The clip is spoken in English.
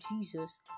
Jesus